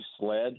sled